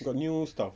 got new stuff